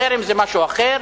חרם זה משהו אחר,